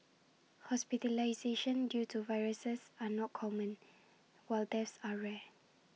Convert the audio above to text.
hospitalisation due to viruses are not common while deaths are rare